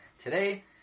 today